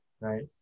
right